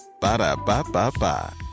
Ba-da-ba-ba-ba